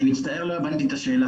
אני מצטער, לא הבנתי את השאלה.